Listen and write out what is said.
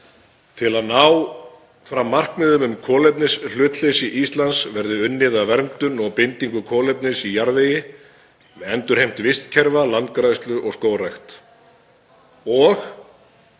„Til að ná fram markmiðum um kolefnishlutleysi Íslands verði unnið að verndun og bindingu kolefnis í jarðvegi með endurheimt vistkerfa, landgræðslu og skógrækt og